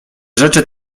rzeczy